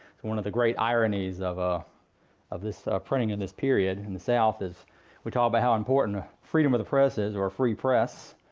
one of the great ironies of ah of this printing in this period in the south is we talk about how important freedom of the press is or free press,